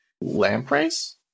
Lampreys